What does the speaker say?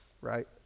right